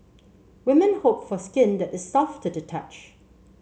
women hope for skin that is soft to the touch